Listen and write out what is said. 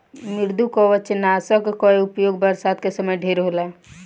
मृदुकवचनाशक कअ उपयोग बरसात के समय ढेर होला